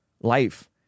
life